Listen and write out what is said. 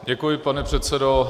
Děkuji, pane předsedo.